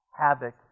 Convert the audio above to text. havoc